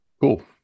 Cool